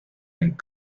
ning